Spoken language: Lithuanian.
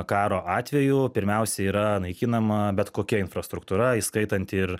karo atveju pirmiausia yra naikinama bet kokia infrastruktūra įskaitant ir